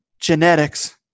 genetics